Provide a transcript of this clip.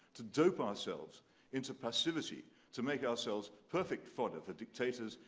to dope ourselves into passivity, to make ourselves perfect fodder for dictators,